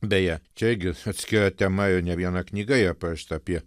beje čia irgi atskira tema ir ne viena knyga yra parašyta apie